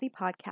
podcast